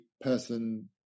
person